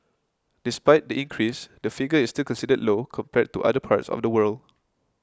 despite the increase the figure is still considered low compared to other parts of the world